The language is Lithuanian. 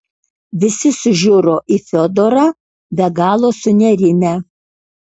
visi sužiuro į fiodorą be galo sunerimę